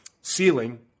ceiling